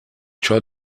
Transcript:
ciò